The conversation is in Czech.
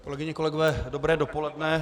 Kolegyně, kolegové, dobré dopoledne.